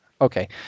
Okay